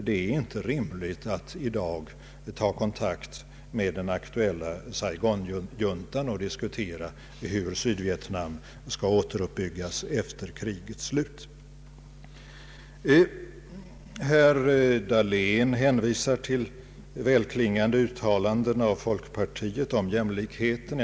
Det är inte rimligt att i dag ta kontakt med den aktuella Saigonjuntan och diskutera hur Sydvietnam skall återuppbyggas efter krigets slut. Herr Dahlén hänvisar till välklingande uttalanden av folkpartiet om jämlikheten.